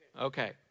Okay